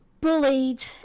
bullied